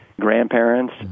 grandparents